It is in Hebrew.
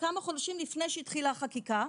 כמה חודשים לפני שהתחילה החקיקה.